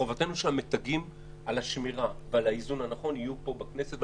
חובתנו שהמתגים על השמירה ועל האיזון הנכון יהיו פה בכנסת.